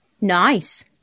Nice